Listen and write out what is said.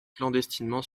clandestinement